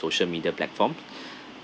social media platform